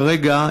כרגע,